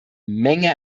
menge